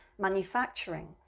manufacturing